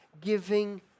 giving